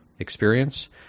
Experience